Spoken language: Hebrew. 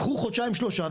קחו חודשיים שלושה,